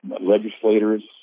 legislators